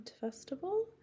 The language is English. Festival